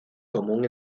común